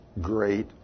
great